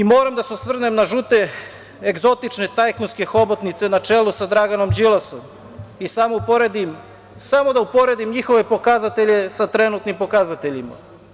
Moram da se osvrnem na žute egzotične tajkunske hobotnice na čelu sa Draganom Đilasom i samo da uporedim njihove pokazatelje sa trenutnim pokazateljima.